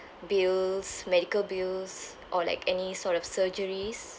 bills medical bills or like any sort of surgeries